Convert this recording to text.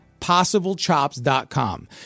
PossibleChops.com